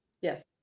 Yes